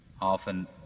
often